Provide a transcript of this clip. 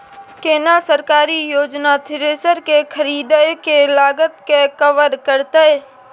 केना सरकारी योजना थ्रेसर के खरीदय के लागत के कवर करतय?